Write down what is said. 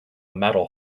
metal